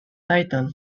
title